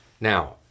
Now